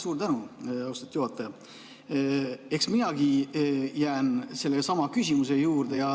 Suur tänu, austatud juhataja! Eks minagi jään sellesama küsimuse juurde ja